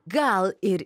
gal ir